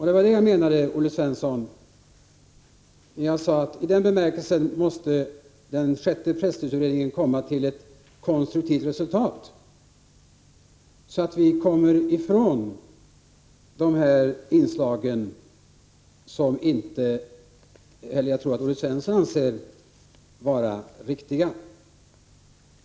Det var detta jag menade, Olle Svensson, när jag sade att den sjätte pressutredningen i det här avseendet måste komma fram till ett konstruktivt resultat, så att vi kommer ifrån dessa inslag, som säkert inte heller Olle Svensson anser vara riktiga.